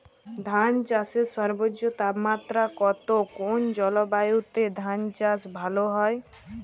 ধান চাষে সর্বোচ্চ তাপমাত্রা কত কোন জলবায়ুতে ধান চাষ ভালো হয়?